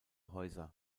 häuser